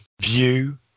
view